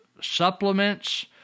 supplements